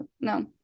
no